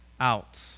out